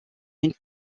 une